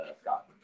Scott